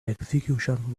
execution